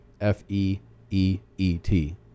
F-E-E-E-T